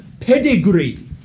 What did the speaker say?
pedigree